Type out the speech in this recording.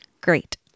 Great